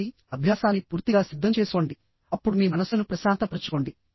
కాబట్టి అభ్యాసాన్ని పూర్తిగా సిద్ధం చేసుకోండిఅప్పుడు మీ మనస్సును ప్రశాంతపరుచుకోండి